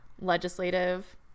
legislative